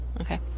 Okay